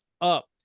up